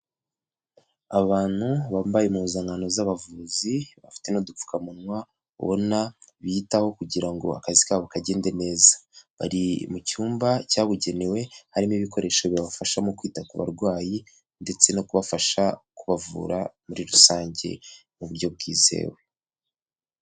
Abantu bambaye impuzankano z'abavuzi, bafite n'udupfukamunwa, ubona biyitaho kugira ngo akazi kabo kagende neza. Bari mu cyumba cyabugenewe, harimo ibikoresho bibafasha mu kwita ku barwayi, ndetse no kubafasha kubavura muri rusange mu buryo bwizewe.